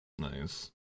Nice